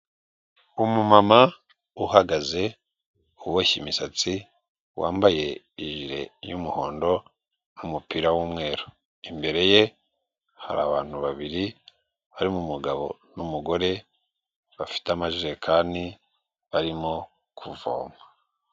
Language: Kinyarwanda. Umumama uhagaze uboshye imisatsi wambaye ijire y'umuhondo umupira w'umweru, imbere ye hari abantu babiri harimo umugabo n'umugore bafite amajerekani barimo kuvoma.